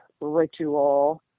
ritual